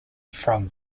from